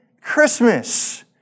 Christmas